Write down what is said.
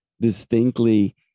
distinctly